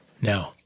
No